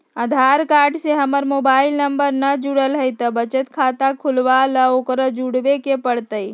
आधार card से हमर mobile number न जुरल है त बचत खाता खुलवा ला उकरो जुड़बे के पड़तई?